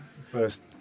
first